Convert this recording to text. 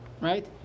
right